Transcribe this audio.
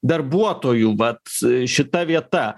darbuotojų vat šita vieta